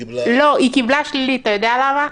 היא קיבלה הד שלילי, ואתה יודע למה?